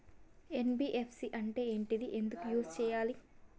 NBFC అంటే ఏంటిది ఎందుకు యూజ్ చేయాలి?